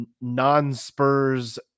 non-Spurs